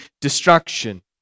destruction